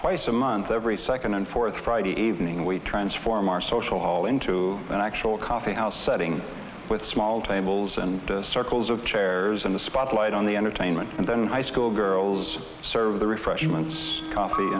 twice a month every second and fourth friday evening we transform our social hall into an actual coffee house setting with small tables and circles of chairs and a spotlight on the entertainment and then high school girls serve the refreshments coffee